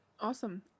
Awesome